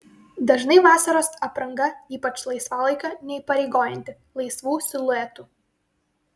dažnai vasaros apranga ypač laisvalaikio neįpareigojanti laisvų siluetų